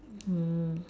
mm